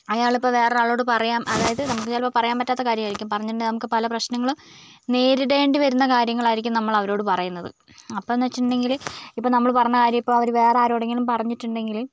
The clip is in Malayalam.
അയാൾ ഇപ്പോൾ വേറെ ഒരാളോട് പറയാം അതായത് നമുക്ക് ചിലപ്പോൾ പറയാൻ പറ്റാത്ത കാര്യം ആയിരിക്കും പറഞ്ഞിട്ടുണ്ടെങ്കിൽ നമുക്ക് പല പ്രശ്നങ്ങളും നേരിടേണ്ടി വരുന്ന കാര്യങ്ങളായിരിക്കും നമ്മൾ അവരോട് പറയുന്നത് അപ്പോൾ എന്ന് വെച്ചിട്ടുണ്ടെങ്കിൽ ഇപ്പോൾ നമ്മൾ പറഞ്ഞ കാര്യം ഇപ്പോൾ വേറെ ആരോടെങ്കിലും പറഞ്ഞിട്ടുണ്ടെങ്കിൽ